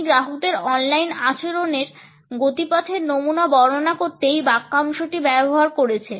তিনি গ্রাহকদের অনলাইন আচরণের গতিপথের নমুনা বর্ণনা করতে এই বাক্যাংশটি ব্যবহার করেছেন